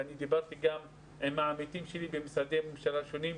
ואני דיברתי גם העמיתים שלי במשרדי ממשלה שונים,